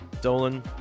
Dolan